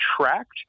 tracked